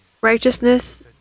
Righteousness